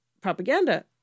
propaganda